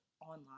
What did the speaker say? online